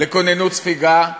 לכוננות ספיגה,